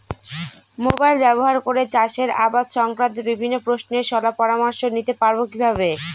Mobile ব্যাবহার করে চাষের আবাদ সংক্রান্ত বিভিন্ন প্রশ্নের শলা পরামর্শ নিতে পারবো কিভাবে?